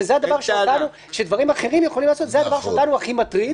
שזה הדבר שאותנו הכי מטריד,